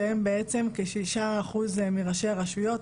שהן בעצם כ-6% מראשי הרשויות.